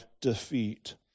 defeat